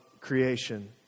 creation